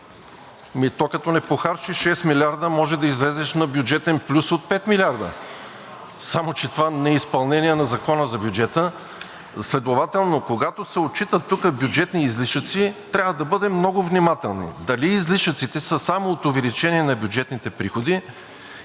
нещо. Като не похарчиш шест милиарда, може да излезеш на бюджетен плюс от пет милиарда, само че това не е изпълнение на Закона за бюджета. Следователно, когато се отчитат тук бюджетни излишъци, трябва да бъдем много внимателни дали излишъците са само от увеличение на бюджетните приходи,